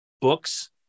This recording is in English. books